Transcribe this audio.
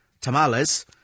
tamales